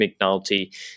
McNulty